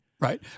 Right